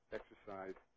exercise